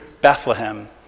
Bethlehem